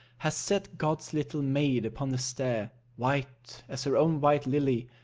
has set god's little maid upon the stair, white as her own white lily,